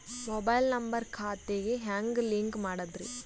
Mobile number ಖಾತೆ ಗೆ ಹೆಂಗ್ ಲಿಂಕ್ ಮಾಡದ್ರಿ?